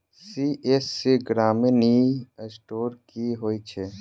CSC ग्रामीण e store की होइ छै?